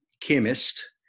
chemist